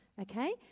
okay